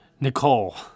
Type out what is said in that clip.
Nicole